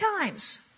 times